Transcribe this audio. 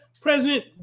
President